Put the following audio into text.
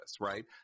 right